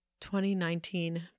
2019